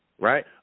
right